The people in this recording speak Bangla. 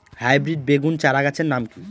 হাইব্রিড বেগুন চারাগাছের নাম কি?